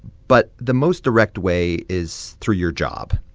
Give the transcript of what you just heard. but the most direct way is through your job.